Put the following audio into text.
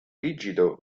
rigido